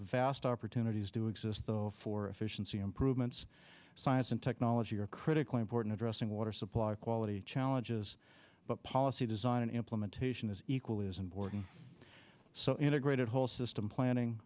vast opportunities do exist for efficiency improvements science and technology are critically important addressing water supply quality challenges but policy design and implementation is equally as important so integrated whole system